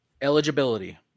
Eligibility